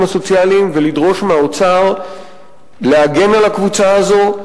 הסוציאליים ולדרוש מהאוצר להגן על הקבוצה הזאת.